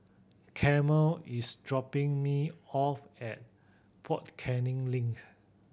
Carmel is dropping me off at Fort Canning Link